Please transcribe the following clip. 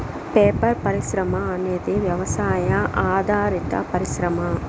paper పరిశ్రమ అనేది వ్యవసాయ ఆధారిత పరిశ్రమ